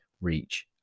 reach